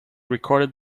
recorded